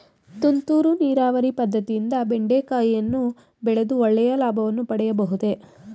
ತುಂತುರು ನೀರಾವರಿ ಪದ್ದತಿಯಿಂದ ಬೆಂಡೆಕಾಯಿಯನ್ನು ಬೆಳೆದು ಒಳ್ಳೆಯ ಲಾಭವನ್ನು ಪಡೆಯಬಹುದೇ?